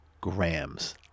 grams